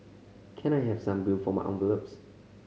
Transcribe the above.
can I have some glue for my envelopes